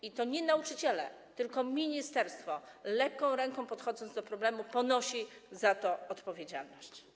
I to nie nauczyciele, tylko ministerstwo, lekko podchodząc do problemu, ponosi za to odpowiedzialność.